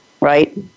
right